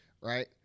right